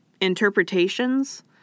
interpretations